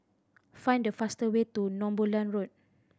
find the faster way to Northumberland Road